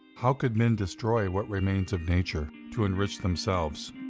how could men destroy what remains of nature to enrich themselves?